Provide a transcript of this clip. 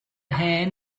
hen